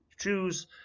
choose